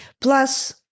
Plus